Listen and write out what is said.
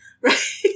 right